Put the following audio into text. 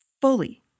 fully